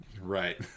Right